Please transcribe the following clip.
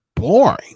boring